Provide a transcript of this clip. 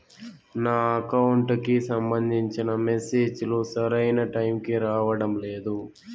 నా అకౌంట్ కి సంబంధించిన మెసేజ్ లు సరైన టైముకి రావడం లేదు